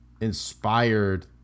inspired